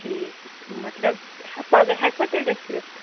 ٹھیٖک مطلب پَگاہ ہیٚکوا تیٚلہِ أسۍ یِتھ